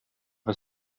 the